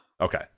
Okay